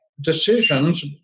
decisions